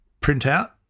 printout